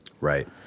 Right